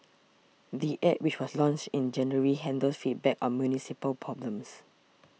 the App which was launched in January handles feedback on municipal problems